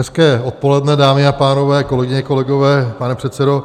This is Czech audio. Hezké odpoledne, dámy a pánové, kolegyně, kolegové, pane předsedo.